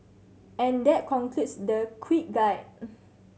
and that concludes the quick guide